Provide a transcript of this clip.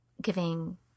giving